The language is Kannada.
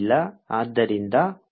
ಆದ್ದರಿಂದ ಅದನ್ನು ನಿರ್ಲಕ್ಷಿಸಲಾಗಿದೆ